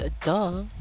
duh